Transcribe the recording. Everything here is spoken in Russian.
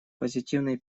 позитивные